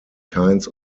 kinds